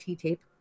tape